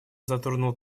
затронул